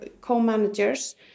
co-managers